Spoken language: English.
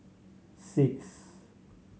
six